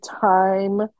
time